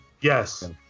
Yes